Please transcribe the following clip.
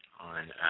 on